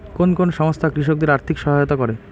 কোন কোন সংস্থা কৃষকদের আর্থিক সহায়তা করে?